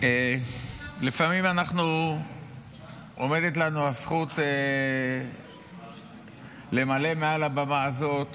לפעמים עומדת לנו הזכות למלא מעל הבמה הזאת